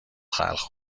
خلق